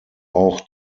auch